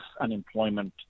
unemployment